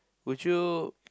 would you